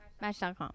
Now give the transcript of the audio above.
Match.com